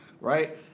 right